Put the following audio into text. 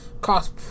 cost